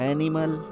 Animal